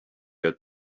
had